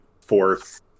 fourth